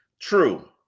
True